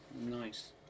nice